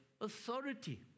authority